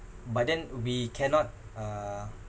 but then we cannot uh